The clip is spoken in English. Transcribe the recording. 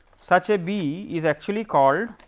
such a b is actually called,